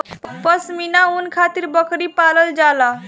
पश्मीना ऊन खातिर बकरी पालल जाला